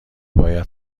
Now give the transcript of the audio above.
باید